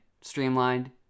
streamlined